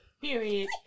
Period